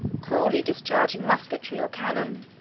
coolly discharging musketry or cannon.